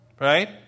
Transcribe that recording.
Right